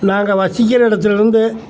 நாங்கள் வசிக்கிற இடத்தில் இருந்து